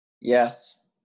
Yes